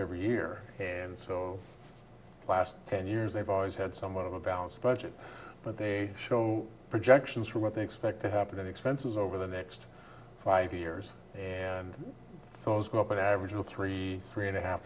every year and so last ten years they've always had somewhat of a balanced budget but they show projections for what they expect to happen in expenses over the next five years and those go up an average of three three and a half